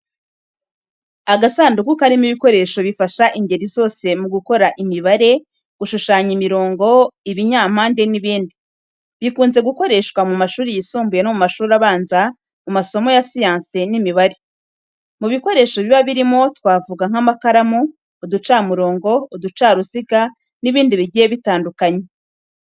Agasanduku karimo ibikoresho bifasha ingeri zose mu gukora imibare, gushushanya imirongo, ibinyampande n’ibindi. Bikunze gukoreshwa mu mashuri yisumbuye no mu mashuri abanza mu masomo ya siyansi n'imibare. Mu bikoresho biba birimo twavuga nk’amakaramu, uducamurongo, uducaruziga n’ibindi bigiye bitandukanye.